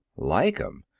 like em?